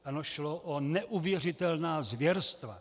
Ano, šlo o neuvěřitelná zvěrstva.